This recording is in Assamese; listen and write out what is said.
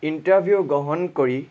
ইণ্টাৰভিউ গ্ৰহণ কৰি